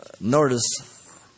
Notice